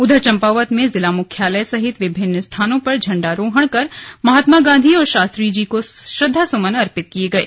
उधर चंपावत में जिला मुख्यालय सहित विभिन्न स्थानों पर इंडारोहण कर महात्मा गांधी और शास्त्री जी को श्रद्धासुमन अर्पित किये गये